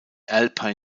alpine